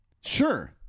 Sure